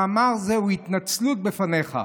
מאמר זה הוא התנצלות בפניך,